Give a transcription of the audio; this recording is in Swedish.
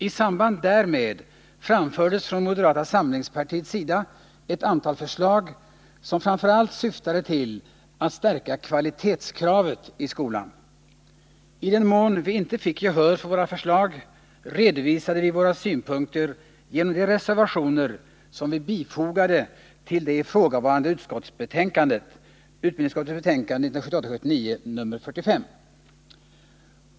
I samband därmed framfördes från moderata samlingspartiet ett antal förslag, som framför allt syftade till att stärka kvalitetskravet i skolan. I den mån vi inte fick gehör för våra förslag, redovisade vi våra synpunkter genom de reservationer som vi fogade till det ifrågavarande utskottsbetänkandet, utbildningsutskottets betänkande 1978/79:45.